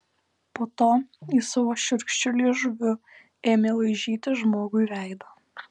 po to jis savo šiurkščiu liežuviu ėmė laižyti žmogui veidą